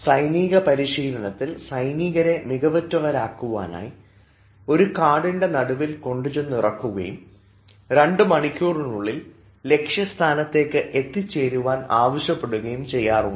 സൈനിക പരിശീലനത്തിൽ സൈനികരെ മികവുറ്റവരക്കുവാനായി ഒരു കാടിൻറെ നടുവിൽ കൊണ്ടുചെന്ന് ഇറക്കുകയും രണ്ടു മണിക്കൂറിനുള്ളിൽ ലക്ഷ്യസ്ഥാനത്തേക്ക് എത്തിച്ചേരുവാൻ ആവശ്യപ്പെടുകയും ചെയ്യാറുണ്ട്